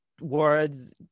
words